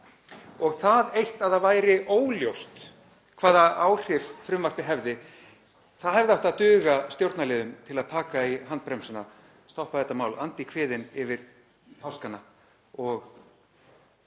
Það eitt að það væri óljóst hvaða áhrif frumvarpið hefði, það hefði átt að duga stjórnarliðum til að taka í handbremsuna, stoppa þetta mál, anda í kviðinn yfir páskana og